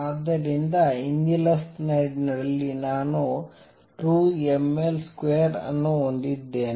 ಆದ್ದರಿಂದ ಹಿಂದಿನ ಸ್ಲೈಡ್ ನಲ್ಲಿ ನಾನು 2mL2 ಅನ್ನು ಹೊಂದಿದ್ದೇನೆ